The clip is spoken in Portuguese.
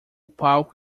palco